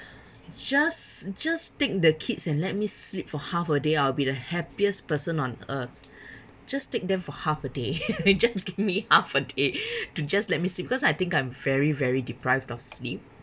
just just take the kids and let me sleep for half a day I'll be the happiest person on earth just take them for half a day just give me half a day to just let me sleep because I think I'm very very deprived of sleep